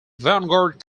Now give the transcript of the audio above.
vanguard